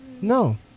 no